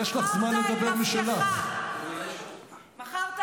כיהנת כשרה מיותרת מ-29 בדצמבר -- הכול בסדר,